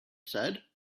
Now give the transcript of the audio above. said